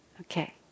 Okay